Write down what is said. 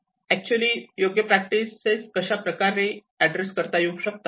actually योग्य practices कशाप्रकारे address करता येऊ शकतात